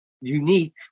unique